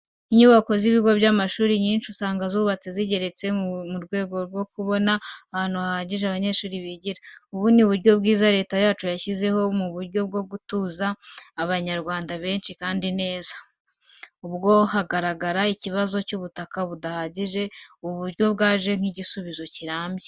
Inyubako z'ibigo by'amashuri nyinshi usanga zubatse zigeretse mu rwego rwo kubona ahantu hahagije abanyeshuri bigira. Ubu ni uburyo bwiza Leta yacu yashyizeho mu buryo bwo gutuza Abanyarwanda benshi kandi neza. Ubwo hagaragaraga icyibazo cy'ubutaka budahagije, ubu buryo bwaje nk'igisubizo kirambye.